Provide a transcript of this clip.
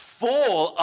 full